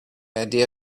idea